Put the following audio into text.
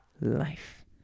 life